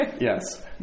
Yes